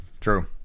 True